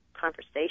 conversation